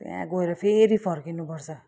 त्यहाँ गएर फेरि फर्किनुपर्छ